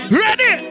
ready